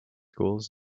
goals